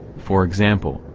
for example,